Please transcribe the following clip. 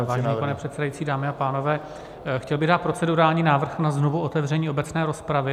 Vážený pane předsedající, dámy a pánové, chtěl bych dát procedurální návrh na znovuotevření obecné rozpravy.